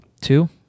two